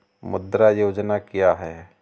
मुद्रा योजना क्या है?